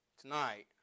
tonight